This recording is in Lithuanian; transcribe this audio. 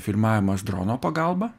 filmavimas drono pagalba